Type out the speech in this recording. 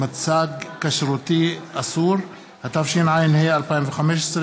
(מסירת תוצאות בדיקת ראיה ומרשם), התשע"ח 2017,